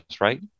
right